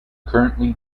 currently